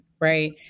right